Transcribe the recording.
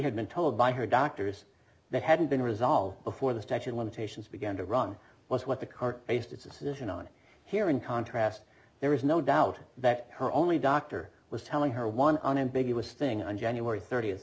had been told by her doctors that hadn't been resolved before the statue of limitations began to run was what the car based its addition on here in contrast there is no doubt that her only doctor was telling her one unambiguous thing on january thirtieth